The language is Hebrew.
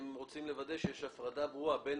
הם רוצים לוודא שיש הפרדה ברורה בין